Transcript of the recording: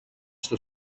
στο